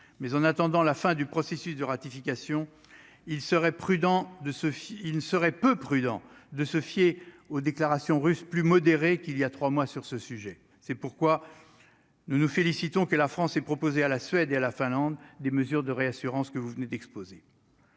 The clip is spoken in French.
mais en attendant la fin du processus de ratification, il serait prudent de ce Sophie, il ne serait peu prudent de se fiait aux déclarations russes plus modéré qu'il y a 3 mois, sur ce sujet, c'est pourquoi nous nous félicitons que la France est proposé à la Suède et la Finlande, des mesures de réassurance que vous venez d'exposer